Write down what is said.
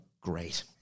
great